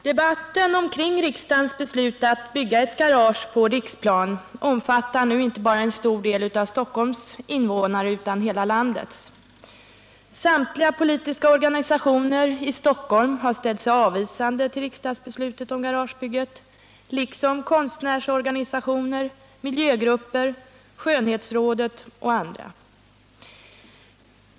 Herr talman! Debatten om riksdagens beslut att bygga ett garage under Riksplan berör nu inte endast en stor del av Stockholms invånare utan hela landets. Samtliga politiska organisationer i Stockholm har ställt sig avvisande till riksdagsbeslutet om garagebygget, liksom konstnärsorganisationer, miljögrupper, skönhetsrådet och andra.